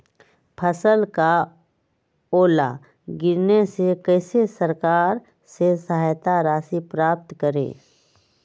फसल का ओला गिरने से कैसे सरकार से सहायता राशि प्राप्त करें?